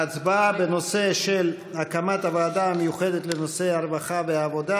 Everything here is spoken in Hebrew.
ההצבעה בנושא הקמת הוועדה המיוחדת לנושא הרווחה והעבודה